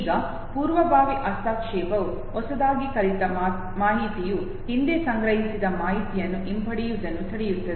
ಈಗ ಪೂರ್ವಭಾವಿ ಹಸ್ತಕ್ಷೇಪವು ಹೊಸದಾಗಿ ಕಲಿತ ಮಾಹಿತಿಯು ಹಿಂದೆ ಸಂಗ್ರಹಿಸಿದ ಮಾಹಿತಿಯನ್ನು ಹಿಂಪಡೆಯುವುದನ್ನು ತಡೆಯುತ್ತದೆ